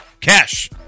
Cash